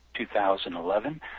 2011